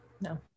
no